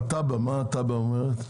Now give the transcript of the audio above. ומה התב"ע אומרת?